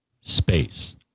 space